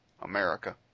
America